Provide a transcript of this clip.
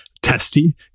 testy